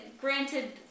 granted